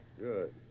Good